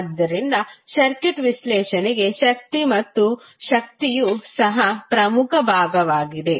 ಆದ್ದರಿಂದ ನಮ್ಮ ಸರ್ಕ್ಯೂಟ್ ವಿಶ್ಲೇಷಣೆಗೆ ಶಕ್ತಿ ಮತ್ತು ಶಕ್ತಿಯು ಸಹ ಪ್ರಮುಖ ಭಾಗವಾಗಿದೆ